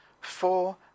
Four